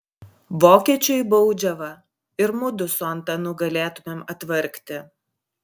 vokiečiui baudžiavą ir mudu su antanu galėtumėm atvargti